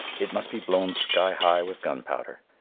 it must be blown skyhigh with gunpowder.